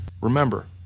Remember